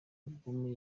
album